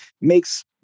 makes